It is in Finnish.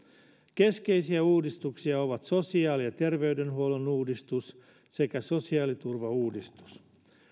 keskeisiä uudistuksia ovat sosiaali ja terveydenhuollon uudistus sekä sosiaaliturvauudistus